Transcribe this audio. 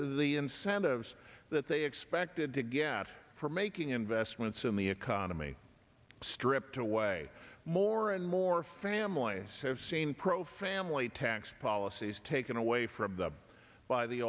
the incentives that they expected to get from making investments in the economy stripped away more and more families have seen pro family tax policies taken away from them by the